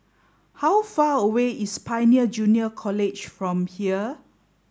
how far away is Pioneer Junior College from here